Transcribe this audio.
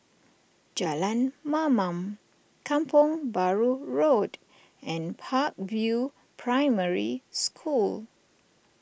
Jalan Mamam Kampong Bahru Road and Park View Primary School